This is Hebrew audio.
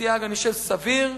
אני חושב שהוא סייג סביר,